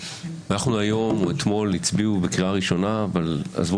היום או אתמול הצביעו בקריאה ראשונה אבל עזבו